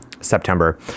September